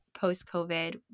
post-COVID